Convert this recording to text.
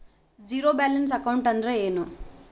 Zero balance account ಅಂದ್ರ ಏನು?